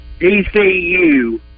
DCU